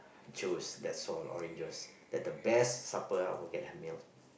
juice that's all oranges that the best supper I would get a meal